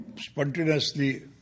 spontaneously